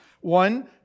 one